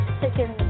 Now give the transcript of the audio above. chicken